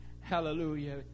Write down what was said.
Hallelujah